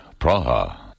Praha